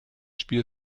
spiel